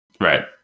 Right